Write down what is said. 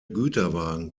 güterwagen